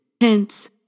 Hence